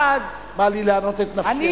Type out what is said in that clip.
מה לי לענות את נפשי?